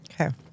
Okay